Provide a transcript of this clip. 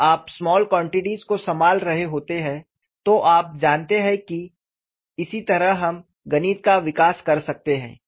जब आप small quantities को संभाल रहे होते हैं तो आप जानते हैं कि इसी तरह हम गणित का विकास कर सकते हैं